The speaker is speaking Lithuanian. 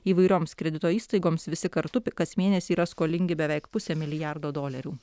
įvairioms kredito įstaigoms visi kartu kas mėnesį yra skolingi beveik pusę milijardo dolerių